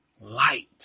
Light